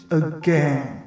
again